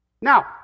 Now